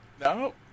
No